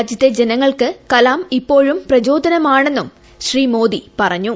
രാജ്യത്തെ ജനങ്ങൾക്ക് കലാം ഇപ്പോഴും പ്രചോദനമാണെന്ന് ശ്രീ മ്യോദി പറഞ്ഞു